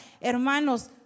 Hermanos